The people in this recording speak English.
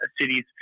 cities